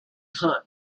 hot